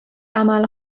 عمل